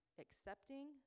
accepting